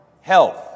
health